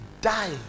Die